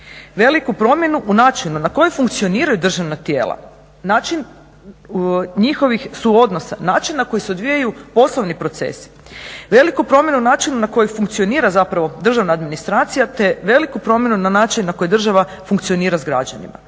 veliku promjenu u načinu na koji funkcioniraju državna tijela, način njihovih suodnosa, način na koji se odvijaju poslovni procesi, veliku promjenu u načinu na koji funkcionira zapravo državna administracija, te veliku promjenu na način na koji država funkcionira sa građanima.